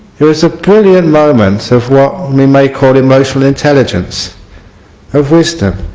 it was a brilliant moment of what we may call emotional intelligence of wisdom